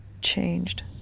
changed